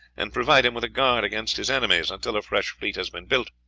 and provide him with a guard against his enemies until a fresh fleet has been built.